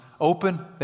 open